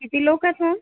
किती लोक आहेत मॅम